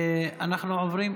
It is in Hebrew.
אנחנו עוברים,